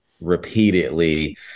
repeatedly